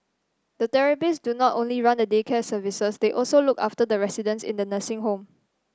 the therapists do not only run the day care services they also look after the residents in the nursing home